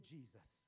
Jesus